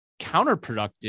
counterproductive